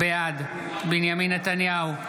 בעד בנימין נתניהו,